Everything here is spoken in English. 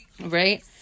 Right